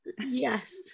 Yes